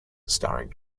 starring